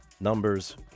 Numbers